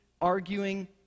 arguing